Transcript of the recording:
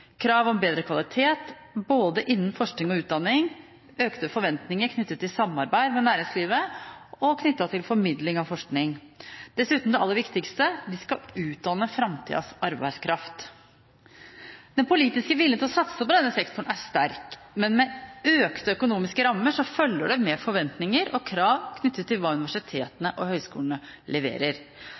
krav om bedre kvalitet innen både forskning og utdanning og økte forventninger knyttet til samarbeid med næringslivet og til formidling av forskning. Dessuten er det det aller viktigste: De skal utdanne framtidas arbeidskraft. Den politiske viljen til å satse på denne sektoren er sterk, men med økte økonomiske rammer følger det med forventninger og krav knyttet til hva universitetene og høyskolene leverer.